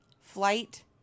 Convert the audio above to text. Flight